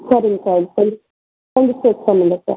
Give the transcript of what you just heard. சரிங்க சார் கொஞ்சம் கொஞ்சம் செக் பண்ணுங்கள் சார்